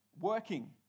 Working